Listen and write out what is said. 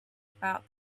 about